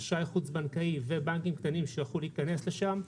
אשראי חוץ בנקאי ובנקים קטנים שיוכלו להיכנס לשם,